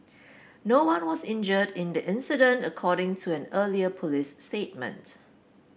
no one was injured in the incident according to an earlier police statement